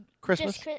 Christmas